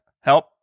help